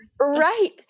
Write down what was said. right